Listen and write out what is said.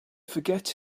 forget